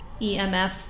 EMF